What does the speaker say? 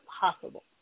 possible